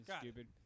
stupid